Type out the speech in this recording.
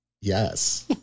Yes